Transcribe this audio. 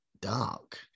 dark